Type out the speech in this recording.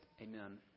Amen